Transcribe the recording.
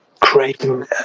Creating